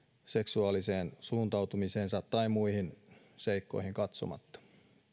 seksuaaliseen suuntautumiseensa tai muihin seikkoihin katsomatta